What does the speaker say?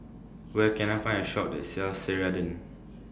Where Can I Find A Shop that sells Ceradan